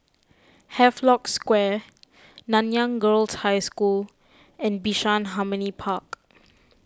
Havelock Square Nanyang Girls' High School and Bishan Harmony Park